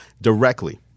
directly